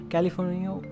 California